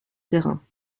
terrain